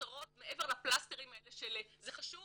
הצהרות מעבר לפלסטרים האלה של וזה חשוב